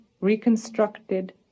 reconstructed